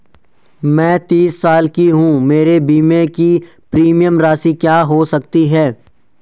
मैं तीस साल की हूँ मेरे बीमे की प्रीमियम राशि क्या हो सकती है?